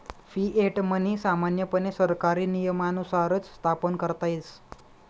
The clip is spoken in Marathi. फिएट मनी सामान्यपणे सरकारी नियमानुसारच स्थापन करता येस